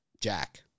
Jack